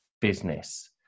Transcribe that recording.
business